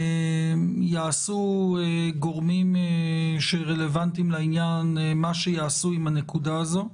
יעשו גורמים שרלוונטיים לעניין מה שיעשו עם הנקודה הזאת.